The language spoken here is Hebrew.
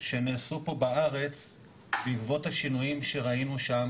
שנעשו פה בארץ בעקבות השינויים שראינו שם,